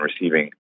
receiving